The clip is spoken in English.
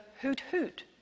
hoot-hoot